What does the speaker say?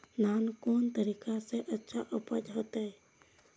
धान कोन तरीका से अच्छा उपज होते?